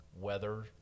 weather